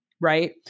right